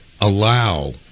allow